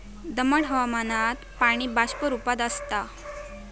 दमट हवामानात पाणी बाष्प रूपात आसता